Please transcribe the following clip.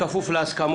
כמובן בכפוף להסכמות.